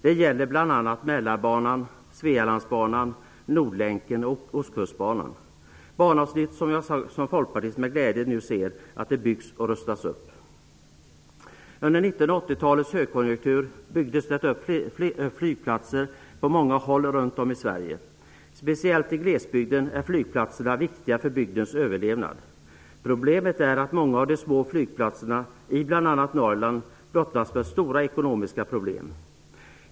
Det gäller bl.a. Ostkustbanan -- banavsnitt som jag som folkpartist med glädje nu ser byggas och rustas upp. Under 1980-talets högkonjunktur byggdes flygplatser på många håll runt om i Sverige. Speciellt i glesbygden är flygplatserna viktiga för bygdens överlevnad. Problemet är att många av de små flygplatserna i bl.a. Norrland brottas med stora ekonomiska problem.